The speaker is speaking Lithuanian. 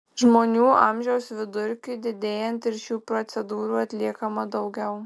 žmonių amžiaus vidurkiui didėjant ir šių procedūrų atliekama daugiau